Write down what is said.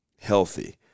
healthy